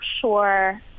sure